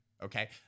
Okay